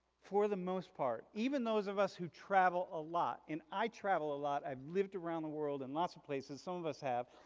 for the most part, even those of us who travel a lot and i travel a lot i've lived around the world and lots of places some of us have.